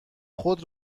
خود